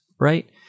Right